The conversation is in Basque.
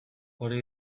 hori